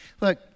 Look